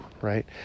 right